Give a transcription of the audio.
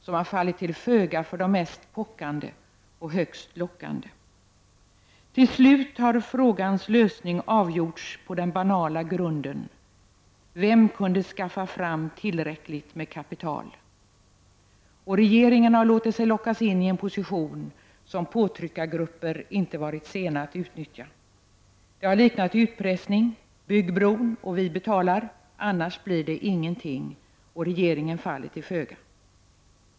Man har fallit till föga för de mest pockande och högst lockande. Till slut har frågans lösning avgjorts. Den bygger på den banala grund som utgörs av vem som kunde skaffa fram tillräckligt med kapital. Regeringen har låtit sig lockas in i en position som påtryckargrupper inte har varit sena att utnyttja. Det har liknat utpressning: Bygg bron och vi betalar, annars blir det ingenting! Regeringen faller till föga.